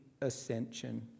ascension